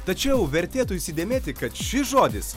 tačiau vertėtų įsidėmėti kad šis žodis